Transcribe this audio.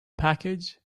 package